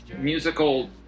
musical